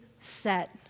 set